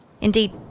Indeed